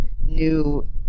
new